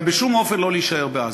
אבל בשום אופן לא להישאר בעזה.